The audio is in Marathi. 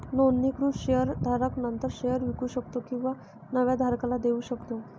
नोंदणीकृत शेअर धारक नंतर शेअर विकू शकतो किंवा नव्या धारकाला देऊ शकतो